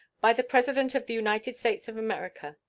by the president of the united states of america.